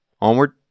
onward